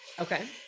Okay